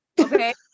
okay